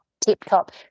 tip-top